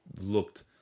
looked